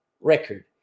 record